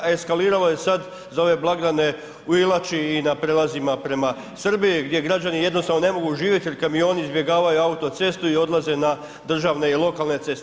Eskaliralo je sad za ove blagdane u Ilači i na prijelazima prema Srbiji gdje građani jednostavno ne mogu živjeti jer kamioni izbjegavaju auto cestu i odlaze na državne i lokalne ceste.